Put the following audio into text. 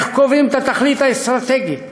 איך קובעים את התכלית האסטרטגית,